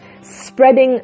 spreading